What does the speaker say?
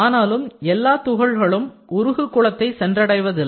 ஆனாலும் எல்லா பவுடரும் உருகு குளத்தை சென்றடைவதில்லை